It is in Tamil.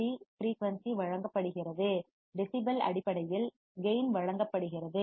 சிfc ஃபிரீயூன்சி வழங்கப்படுகிறது டெசிபல் அடிப்படையில் கேயின் வழங்கப்படுகிறது